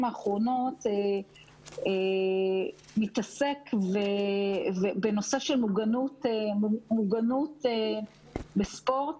האחרונות מתעסק בנושא של מוגנות בספורט